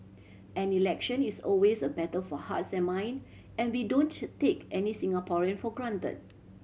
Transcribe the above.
an election is always a battle for hearts and mind and we don't take any Singaporean for granted